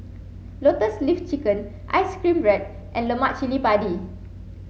lotus leaf chicken ice cream bread and Lemak Cili Padi